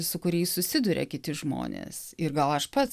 su kuriais susiduria kiti žmonės ir gal aš pats